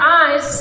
eyes